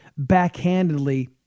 backhandedly